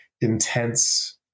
intense